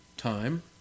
time